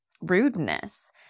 rudeness